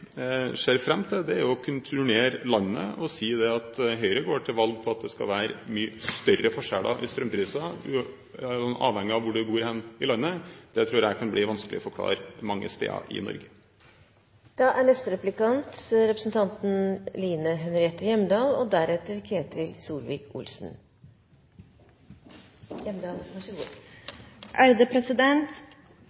ser fram til, er å kunne turnere landet og si at Høyre går til valg på at det skal være mye større forskjeller i strømprisen, avhengig av hvor man bor i landet. Det tror jeg kan bli vanskelig å forklare mange steder i Norge. Jeg er enig med statsråden i at det er et både–og når det gjelder å få mennesker ut av fattigdom og